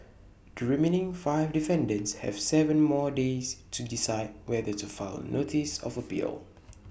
the remaining five defendants have Seven more days to decide whether to file A notice of appeal